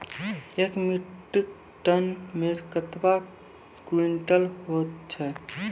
एक metric tonne मे कतवा क्वींटल हैत छै?